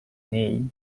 knee